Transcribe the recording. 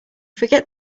forget